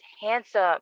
handsome